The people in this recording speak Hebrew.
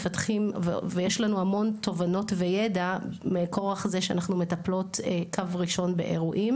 ויש לנו המון תובנות וידע מכורח זה שאנחנו מטפלות קו ראשון באירועים.